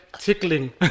Tickling